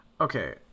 Okay